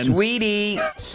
Sweetie